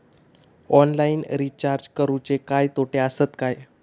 Online recharge करुचे काय तोटे आसत काय?